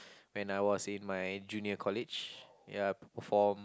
when I was in my junior college ya perform